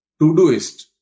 Todoist